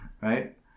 Right